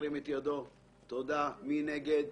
מי נגד?